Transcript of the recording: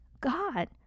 God